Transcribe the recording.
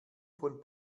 von